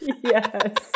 Yes